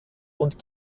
und